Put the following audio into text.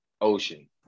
Ocean